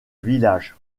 village